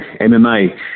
MMA